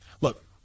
Look